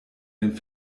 den